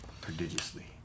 prodigiously